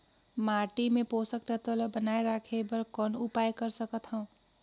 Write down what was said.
माटी मे पोषक तत्व ल बनाय राखे बर कौन उपाय कर सकथव?